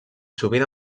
sovint